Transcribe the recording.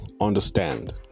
understand